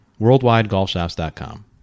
WorldwideGolfShops.com